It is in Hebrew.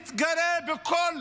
מתגרה בכל